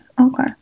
Okay